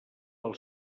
del